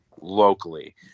locally